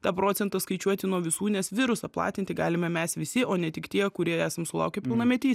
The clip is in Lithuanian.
tą procentą skaičiuoti nuo visų nes virusą platinti galime mes visi o ne tik tie kurie esam sulaukę pilnametystės